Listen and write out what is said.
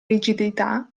rigidità